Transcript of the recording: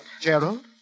Gerald